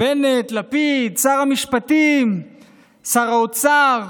בנט, לפיד, שר המשפטים, שר האוצר,